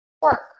Work